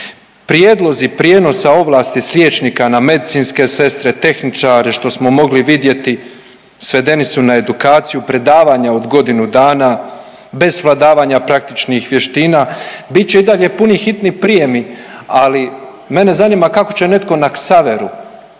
Prijedlozi prijenosa ovlasti s liječnika na medicinske sestre, tehničare što smo mogli vidjeti svedeni su na edukaciju predavanja od godinu dana bez svladavanja praktičnih vještina bit će i dalje putni hitni prijemi, ali mene zanima kako će netko na Ksaveru